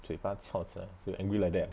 嘴巴翘起来 so you angry like that ah